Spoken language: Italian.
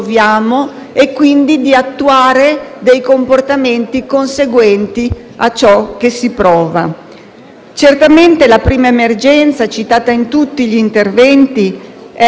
conseguenti a ciò che si prova. Certamente la prima emergenza, citata in tutti gli interventi, è quella di combattere i costi umani,